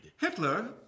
Hitler